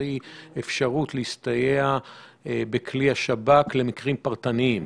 - האפשרות להסתייע בכלי השב"כ במקרים פרטניים.